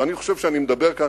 ואני חושב שאני מדבר כאן,